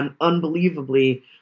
unbelievably